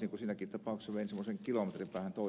niin kuin siinäkin tapauksessa vein semmoisen kilometrin päähän toiseen saareen